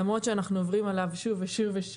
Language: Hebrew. למרות שאנחנו עוברים עליו שוב ושוב,